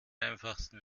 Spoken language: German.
einfachsten